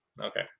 Okay